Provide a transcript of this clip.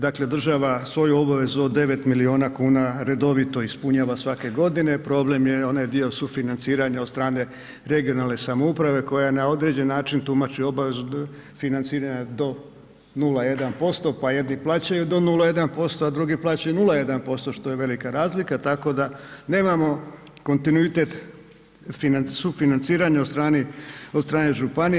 Dakle, država svoju obavezu od 9 miliona kuna redovito ispunjava svake godine, problem je onaj dio sufinanciranja od strane regionalne samouprave koja na određeni način tumači obavezu financiranja do 0,1% pa jedni plaćaju do 0,1%, a drugi plaćaju 0,1% što je velika razlika tako da nemamo kontinuitet sufinanciranja od strane županija.